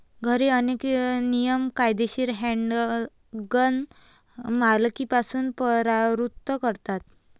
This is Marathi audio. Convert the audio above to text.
घरी, अनेक नियम कायदेशीर हँडगन मालकीपासून परावृत्त करतात